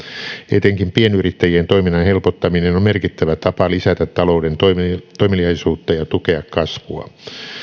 etenkin pienyrittäjien toiminnan helpottaminen on merkittävä tapa lisätä talouden toimeliaisuutta ja tukea kasvua